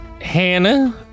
Hannah